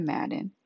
Madden